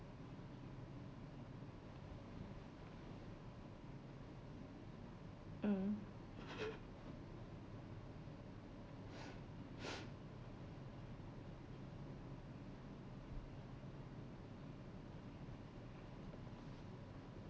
mm